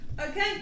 okay